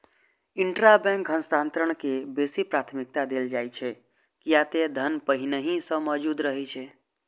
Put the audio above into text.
intrabank हस्तांतरण के बेसी प्राथमिकता देल जाइ छै, कियै ते धन पहिनहि सं मौजूद रहै छै